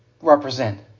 represent